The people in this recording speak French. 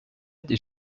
des